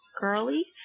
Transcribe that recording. Girly